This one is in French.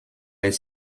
les